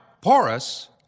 porous